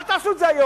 אל תעשו את זה היום